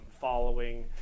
following